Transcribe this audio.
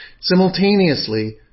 Simultaneously